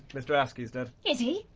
mr. askey's dead. is he?